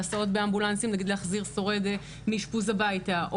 להסעות באמבולנסים כמו להחזיר סועד מאשפוז הביתה,